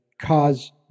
cause